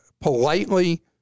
politely